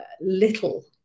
little